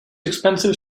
expensive